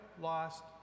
lost